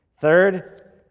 Third